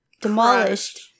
demolished